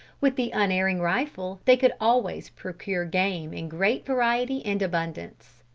with the unerring rifle, they could always procure game in great variety and abundance.